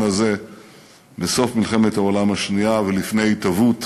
הזה בסוף מלחמת העולם השנייה ולפני התהוות